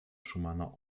szumana